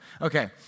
Okay